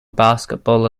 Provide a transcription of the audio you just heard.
basketball